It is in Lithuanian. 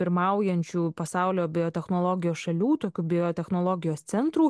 pirmaujančių pasaulio biotechnologijos šalių tokių biotechnologijos centrų